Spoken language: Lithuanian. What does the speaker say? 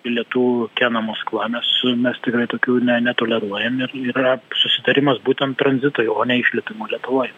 bilietų kena maskva mes tikrai tokių ne netoleruojam ir yra susitarimas būtent tranzitui o ne išlipimui lietuvoj